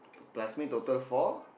plus me total four